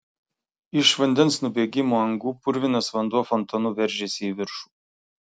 iš vandens nubėgimo angų purvinas vanduo fontanu veržėsi į viršų